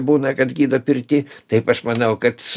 būna kad gydo pirty taip aš manau kad